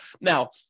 Now